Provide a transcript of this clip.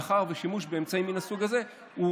מאחר ששימוש באמצעים מן הסוג הזה הוא